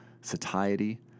satiety